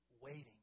waiting